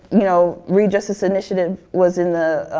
you know, reed justice initiative was in the,